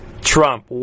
Trump